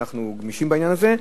אנחנו גמישים בעניין הזה.